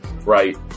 right